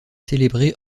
célébrée